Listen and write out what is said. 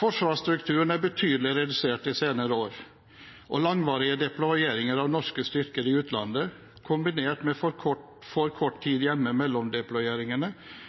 Forsvarsstrukturen er betydelig redusert de senere år, og langvarige deployeringer av norske styrker i utlandet, kombinert med for kort